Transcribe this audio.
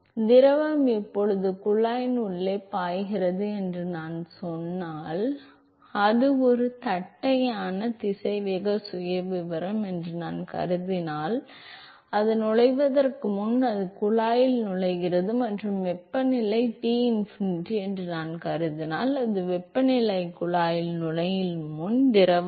எனவே திரவம் இப்போது குழாயின் உள்ளே பாய்கிறது என்று நான் சொன்னால் அது ஒரு தட்டையான திசைவேக சுயவிவரம் என்று நான் கருதினால் அது நுழைவதற்கு முன்பு அது குழாயில் நுழைகிறது மற்றும் வெப்பநிலை Tinfinity என்று நான் கருதினால் அது வெப்பநிலை குழாயில் நுழையும் முன் திரவம்